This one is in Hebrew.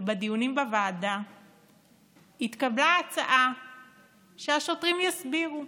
שבדיונים בוועדה התקבלה ההצעה שהשוטרים יסבירו,